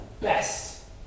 best